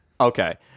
Okay